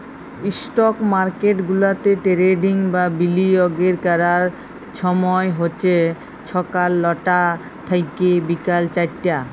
stock market গুলাতে trading বা বিলিয়গের ক্যরার ছময় হছে ছকাল লটা থ্যাইকে বিকাল চারটা